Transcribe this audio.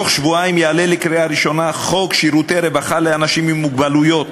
בתוך שבועיים יעלה לקריאה ראשונה חוק שירותי רווחה לאנשים עם מוגבלות,